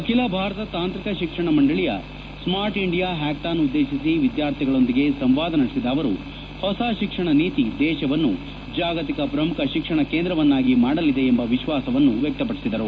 ಅಖಿಲ ಭಾರತ ತಾಂತ್ರಿಕ ಶಿಕ್ಷಣ ಮಂಡಳಿಯ ಸ್ನಾರ್ಟ್ ಇಂಡಿಯಾ ಪ್ಯಾಕಥಾನ್ ಉದ್ನೇತಿಸಿ ವಿದ್ಯಾರ್ಥಿಗಳೊಂದಿಗೆ ಸಂವಾದ ನಡೆಸಿದ ಅವರು ಹೊಸ ಶಿಕ್ಷಣ ನೀತಿ ದೇಶವನ್ನು ಜಾಗತಿಕ ಪ್ರಮುಖ ಶಿಕ್ಷಣ ಕೇಂದ್ರವನ್ನಾಗಿ ಮಾಡಲಿದೆ ಎಂಬ ವಿಶ್ವಾಸವನ್ನು ವ್ಯಕ್ತಪಡಿಸಿದರು